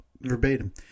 verbatim